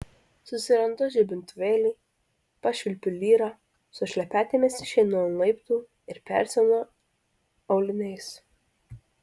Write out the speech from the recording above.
susirandu žibintuvėlį pašvilpiu lyrą su šlepetėmis išeinu ant laiptų ir persiaunu auliniais